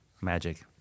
magic